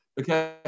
Okay